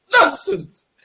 nonsense